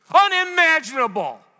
Unimaginable